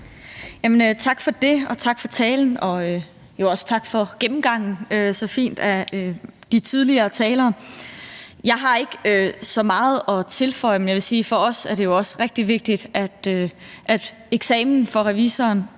Tak for det, og tak for talerne og jo også for fine gennemgange fra de tidligere talere. Jeg har ikke så meget at tilføje, men jeg vil sige, at for os er det også rigtig vigtigt, at eksamenen for